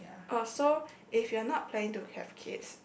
or so if you're not planning to have kids